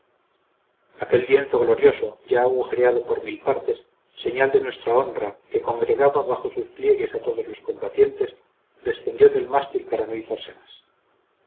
aquel lienzo glorioso ya agujereado por mil partes señal de nuestra honra que congregaba bajo sus pliegues a todos los combatientes descendió del mástil para no izarse más